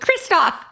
Kristoff